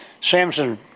Samson